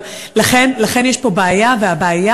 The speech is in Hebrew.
אבל לכן, יש פה בעיה, והבעיה